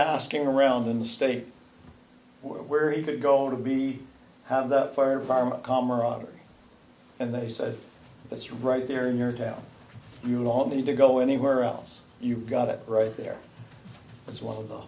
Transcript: asking around the state where he could go to be have that firearm camaraderie and they said it's right there in your town you want me to go anywhere else you've got it right there it's one of the